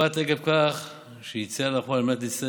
בפרט עקב זה שיציאה לרחוב על מנת להצטייד